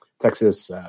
Texas –